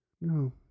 No